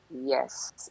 Yes